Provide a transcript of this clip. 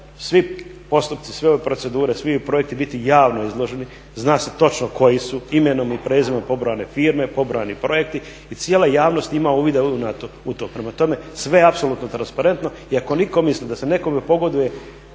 svi postupci, sve ove procedure, svi projekti biti javno izloženi. Zna se točno koji su imenom i prezimenom pobrojane firme, pobrojani projekti i cijela javnost ima uvida u to. Prema tome, sve je apsolutno transparentno i ako netko misli da se nekome pogoduje